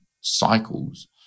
cycles